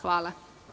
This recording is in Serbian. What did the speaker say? Hvala.